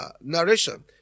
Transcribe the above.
narration